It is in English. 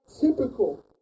typical